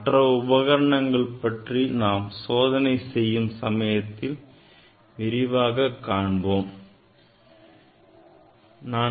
மற்ற உபகரணங்களை பற்றி சோதனை செய்யும் சமயத்தில் விரிவாகப் பார்ப்போம்